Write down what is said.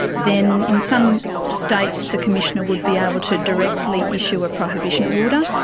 then in some states the commissioner would be able to directly issue a prohibition order.